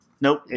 Nope